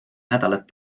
nädalat